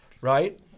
Right